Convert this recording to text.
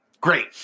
great